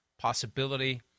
possibility